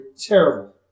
terrible